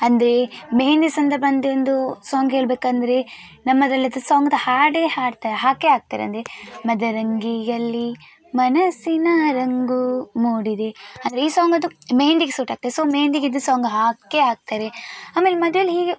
ಅಂದ್ರೆ ಮೆಹೆಂದಿ ಸಂದರ್ಭ ಅಂದರೆ ಒಂದು ಸಾಂಗ್ ಹೇಳಬೇಕಂದ್ರೆ ನಮ್ಮದರಲ್ಲಿ ಅದು ಸಾಂಗ್ದು ಹಾಡೆ ಹಾಡ್ತಾರೆ ಹಾಕೇ ಹಾಕ್ತಾರೆ ಅಂದರೆ ಮದರಂಗಿಯಲ್ಲಿ ಮನಸ್ಸಿನ ರಂಗೂ ಮೂಡಿದೆ ಅಂದರೆ ಈ ಸಾಂಗ್ ಅದು ಮೆಹೆಂದಿಗೆ ಸೂಟ್ ಆಗ್ತದೆ ಸೊ ಮೆಹೆಂದಿಗೆ ಈ ಸಾಂಗು ಹಾಕೇ ಆಕ್ತಾರೆ ಆಮೇಲೆ ಮದುವೇಲಿ ಹೀಗೆ